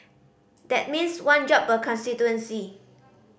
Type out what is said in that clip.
that means one job per constituency